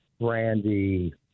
brandy